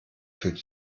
führt